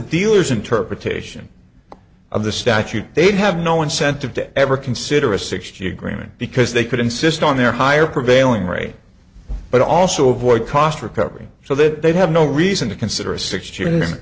dealer's interpretation of the statute they have no incentive to ever consider a sixty agreement because they could insist on their higher prevailing rate but also avoid cost recovery so that they have no reason to consider a six